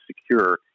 secure